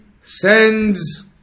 sends